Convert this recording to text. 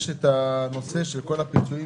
בשבוע שעבר דנו בכל נושא הפיצויים